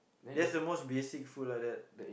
that's the most basic food lah that